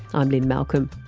i'm lynne malcolm.